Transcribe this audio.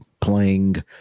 playing